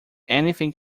anything